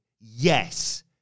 Yes